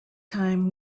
time